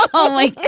oh, like,